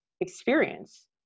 experience